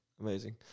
Amazing